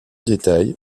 détails